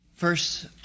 First